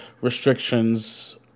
restrictions